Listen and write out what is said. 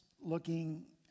looking